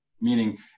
Meaning